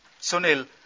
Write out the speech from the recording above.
Sunil